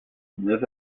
neuf